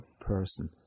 person